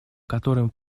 которым